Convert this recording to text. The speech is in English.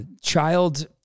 child